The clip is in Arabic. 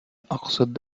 أقصد